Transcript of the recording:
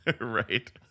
Right